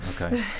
Okay